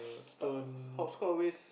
hopscotch always